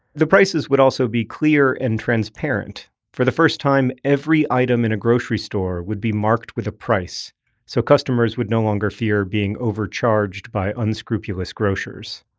the prices would also be clear and transparent for the first time, every item in a grocery store would be marked with a price so customers would no longer fear being shortchanged by unscrupulous grocers.